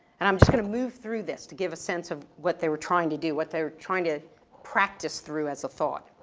and i'm just gonna move through this to give a sense of what they were trying to do, what they were trying to practice through as a thought.